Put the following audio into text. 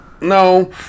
No